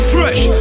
Fresh